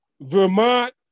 Vermont